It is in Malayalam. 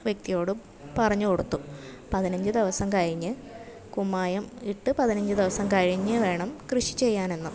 വ്യക്തിയോടും പറഞ്ഞുകൊടുത്തു പതിനഞ്ച് ദിവസം കഴിഞ്ഞ് കുമ്മായം ഇട്ട് പതിനഞ്ച് ദിവസം കഴിഞ്ഞ് വേണം കൃഷി ചെയ്യാൻ എന്നും